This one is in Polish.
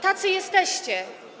Tacy jesteście.